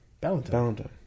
Valentine